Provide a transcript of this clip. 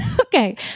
Okay